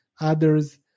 others